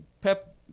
Pep